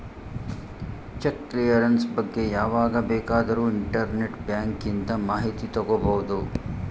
check clearance ಬಗ್ಗೆ ಯಾವಾಗ ಬೇಕಾದರೂ ಇಂಟರ್ನೆಟ್ ಬ್ಯಾಂಕಿಂದ ಮಾಹಿತಿ ತಗೋಬಹುದು